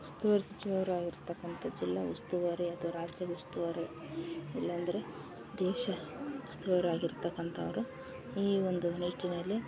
ಉಸ್ತುವಾರಿ ಸಚಿವರಾಗಿರ್ತಕ್ಕಂಥ ಜಿಲ್ಲಾ ಉಸ್ತುವಾರಿ ಅಥ್ವ ರಾಜ್ಯದ ಉಸ್ತುವಾರಿ ಇಲ್ಲಾಂದರೆ ದೇಶ ಉಸ್ತುವಾರಿ ಆಗಿರ್ತಕ್ಕಂಥವ್ರು ಈ ಒಂದು ನಿಟ್ಟಿನಲ್ಲಿ